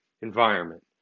Environment